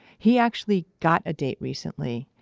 he actually got a date recently,